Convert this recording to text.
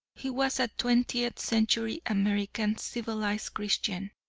he was a twentieth century american civilized christian.